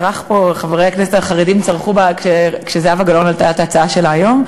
חברי הכנסת החרדים צרחו פה כשזהבה גלאון העלתה את ההצעה שלה היום,